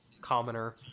commoner